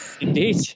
indeed